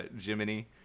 Jiminy